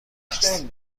است